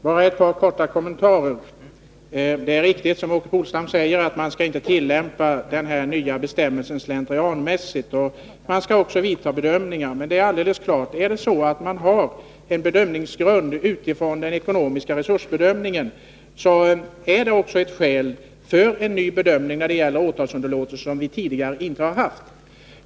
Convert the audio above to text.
Herr talman! Bara ett par korta kommentarer. Det är riktigt som Åke Polstam säger att man inte skall tillämpa denna nya bestämmelse slentrianmässigt. Men det är alldeles klart att om utnyttjandet av de ekonomiska resurserna får utgöra en bedömningsgrund, så är det ett nytt skäl till åtalsunderlåtelse.